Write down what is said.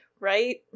Right